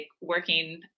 working